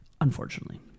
Unfortunately